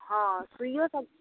हँ सूइयो सब